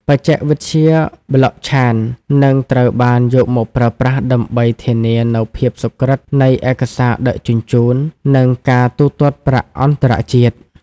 បច្ចេកវិទ្យា Blockchain នឹងត្រូវបានយកមកប្រើប្រាស់ដើម្បីធានានូវភាពសុក្រឹតនៃឯកសារដឹកជញ្ជូន និងការទូទាត់ប្រាក់អន្តរជាតិ។